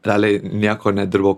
realiai nieko nedirbau